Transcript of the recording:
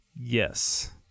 Yes